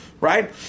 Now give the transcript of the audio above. right